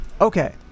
okay